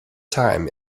time